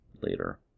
later